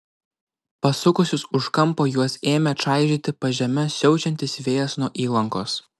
pasukusius už kampo juos ėmė čaižyti pažeme siaučiantis vėjas nuo įlankos